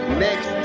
next